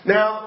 Now